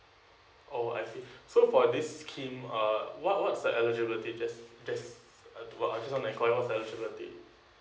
oh I see so for this scheme uh what what's the eligibility just just uh well I just want to enquire what's the eligibility